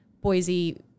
Boise